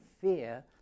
fear